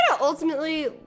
ultimately